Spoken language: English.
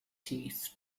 teeth